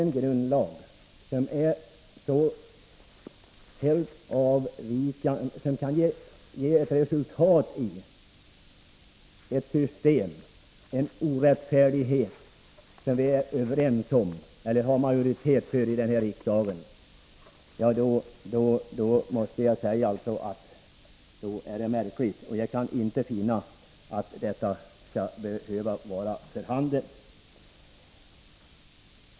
Det vore mycket märkligt om vi hade en grundlag som kan resultera i beslut som en majoritet här i riksdagen är överens om innebär orättfärdighet. Jag kan inte finna att det skall behöva vara fallet.